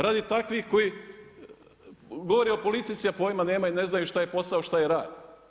Radi takvih koji govore o politici, a pojma nemaju i ne znaju što je posao, a što je rad.